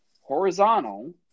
horizontal